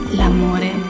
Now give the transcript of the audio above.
l'amore